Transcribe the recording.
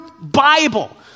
Bible